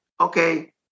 okay